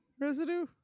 residue